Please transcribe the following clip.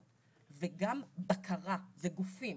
גם עשייה והכנת תוכניות, וגם בקרה וגופים